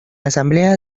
asamblea